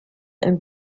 and